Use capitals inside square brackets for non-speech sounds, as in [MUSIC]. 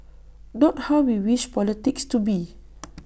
not how we wish politics to be [NOISE]